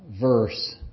verse